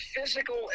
physical